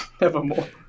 Nevermore